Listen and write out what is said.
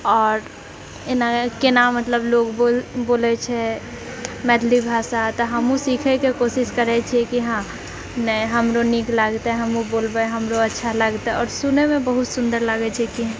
आओर एना केना मतलब लोक बोल बोलै छै मैथिली भाषा तऽ हमहुँ सीखैके कोशिश करै छियै कि हँ नै हमरो नीक लागतै हमहुँ बोलबै हमरो अच्छा लागतै आओर सुनैमे बहुत सुन्दर लागै छै कि